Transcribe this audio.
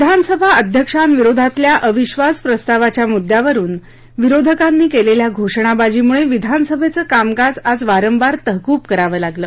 विधानसभा अध्यक्षांविरोधातल्या अविधास प्रस्तावाच्या मुद्यावरून विरोधकांनी केलेल्या घोषणाबाजीमुळे विधानसभेचं कामकाज आज वारंवार तहकूब करावं लागलं